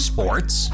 Sports